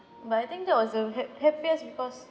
but I think that was the hap~ happiest because